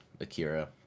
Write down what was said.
Akira